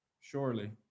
Surely